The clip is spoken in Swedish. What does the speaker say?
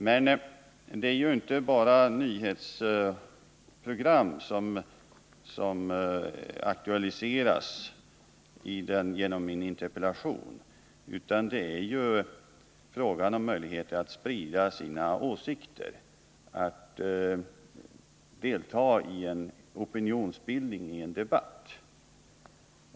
Men det är inte bara nyhetsprogram som aktualiseras genom min interpellation utan också frågan om möjligheterna att sprida sina åsikter och att delta i en opinionsbildning, i en debatt.